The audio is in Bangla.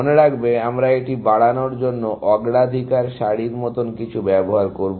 মনে রাখবে আমরা এটি বাড়ানোর জন্য অগ্রাধিকার সারির মতো কিছু ব্যবহার করব